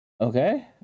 Okay